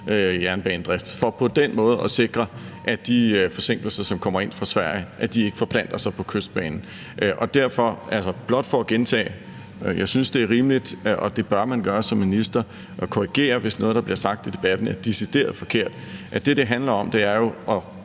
jernbanedrift for på den måde at sikre, at de forsinkelser, der kommer ind fra Sverige, ikke forplanter sig på Kystbanen. Derfor blot for at gentage: Jeg synes, det er rimeligt – og det bør man gøre som minister – at korrigere, hvis der bliver sagt noget i debatten, som er decideret forkert. Det, det handler om, er jo,